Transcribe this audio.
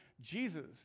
Jesus